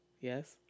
Yes